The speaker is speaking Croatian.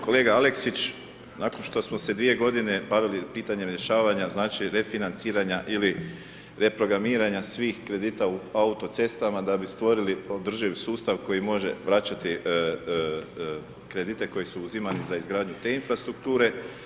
Kolega Aleksić nakon što smo se dvije godine bavili pitanjem rješavanja znači refinanciranja ili reprogramiranja svih kredita u autocestama da bi stvorili održivi sustav koji može vraćati kredite koji su uzimani za izgradnju te infrastrukture.